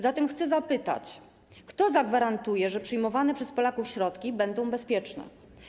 Zatem chcę zapytać, kto zagwarantuje, że przyjmowane przez Polaków środki będą bezpieczne.